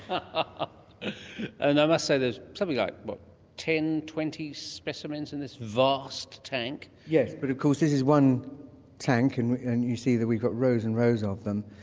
ah and i must say there's something like, what ten, twenty specimens in this vast tank? yes, but of course this is one tank and and you see that we've got rows and rows of them.